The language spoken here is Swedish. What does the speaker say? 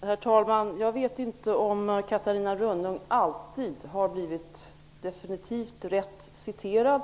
Herr talman! Jag vet inte om Catarina Rönnung alltid har blivit definitivt rätt citerad